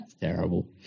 terrible